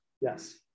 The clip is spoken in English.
Yes